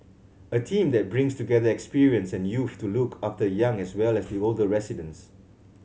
a team that brings together experience and youth to look after the young as well as the older residents